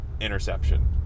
interception